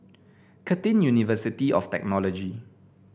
Curtin University of Technology